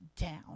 down